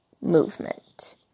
movement